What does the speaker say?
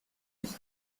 lit